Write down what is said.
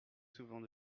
souvent